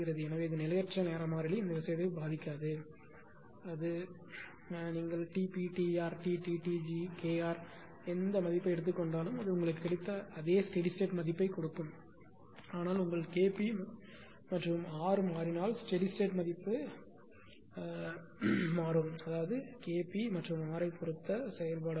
எனவே நிலையற்ற நேர மாறிலி இந்த விஷயத்தை பாதிக்காது அது அப்படி அதாவது நீங்கள் Tp Tr Tt Tg Kr எந்த மதிப்பை எடுத்துக் கொண்டாலும் அது உங்களுக்கு கிடைத்த அதே ஸ்டெடி ஸ்டேட் மதிப்பைக் கொடுக்கும் ஆனால் உங்கள் K p மற்றும் R மாறினால் ஸ்டெடி ஸ்டேட் மதிப்பு K p மற்றும் R ஐ பொறுத்த செயல்பாடாகும்